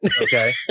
Okay